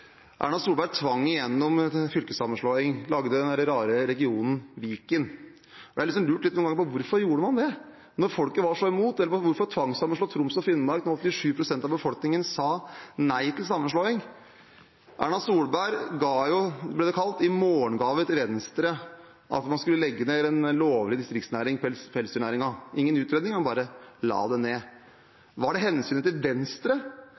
Erna Solberg tvang igjennom fylkessammenslåing og laget den rare regionen Viken. Jeg har noen ganger lurt på hvorfor man gjorde det når folket var så imot. Hvorfor tvangssammenslå Troms og Finnmark når 87 pst. av befolkningen sa nei til sammenslåing? Erna Solberg ga jo i morgengave – ble det kalt – til Venstre at man skulle legge ned en lovlig distriktsnæring, pelsdyrnæringen. Det var ingen utredning, man bare la den ned. Var det hensynet til Venstre